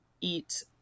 eat